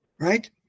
right